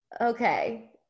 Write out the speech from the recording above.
okay